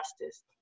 justice